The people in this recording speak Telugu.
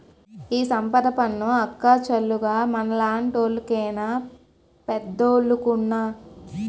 ఈ సంపద పన్ను అక్కచ్చాలుగ మనలాంటోళ్లు కేనా పెద్దోలుకున్నా